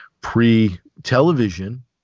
pre-television